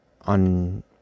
on